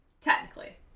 Technically